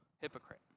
Hypocrite